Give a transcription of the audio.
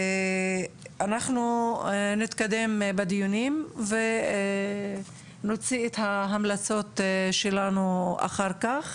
אנחנו נתקדם בדיונים ונוציא את ההמלצות שלנו אחר כך.